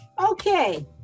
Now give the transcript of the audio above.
Okay